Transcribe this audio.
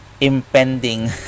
impending